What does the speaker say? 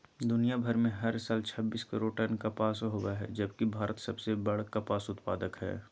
दुनियां भर में हर साल छब्बीस करोड़ टन कपास होव हई जबकि भारत सबसे बड़ कपास उत्पादक हई